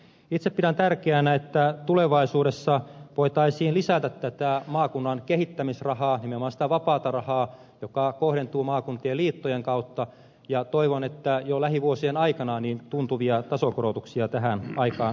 itse pidän tärkeänä että tulevaisuudessa voitaisiin lisätä tätä maakunnan kehittämisrahaa nimenomaan sitä vapaata rahaa joka kohdentuu maakuntien liittojen kautta ja toivon että jo lähivuosien aikana tuntuvia tasokorotuksia tähän aikaansaataisiin